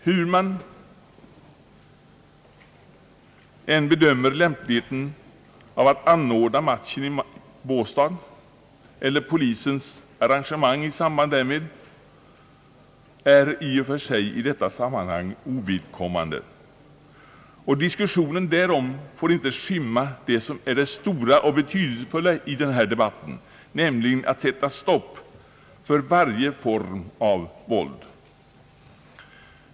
Hur man bedömer lämpligheten av att anordna tävlingen i Båstad eller polisens arrangemang i samband därmed är i och för sig ovidkommande i detta sammanhang; diskussionen därom får inte skymma det stora och betydelsefulla i debatten, nämligen att det gäller att sätta stopp för varje form av våld.